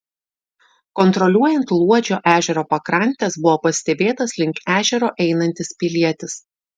kontroliuojant luodžio ežero pakrantes buvo pastebėtas link ežero einantis pilietis